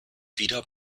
wieder